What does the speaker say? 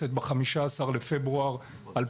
והכנסת ב-15 בפברואר 2023,